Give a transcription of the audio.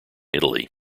italy